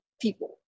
people